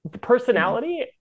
Personality